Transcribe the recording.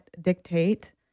dictate